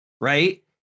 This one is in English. right